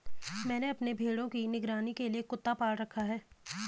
मैंने अपने भेड़ों की निगरानी के लिए कुत्ता पाल रखा है